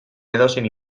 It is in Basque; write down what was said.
edozein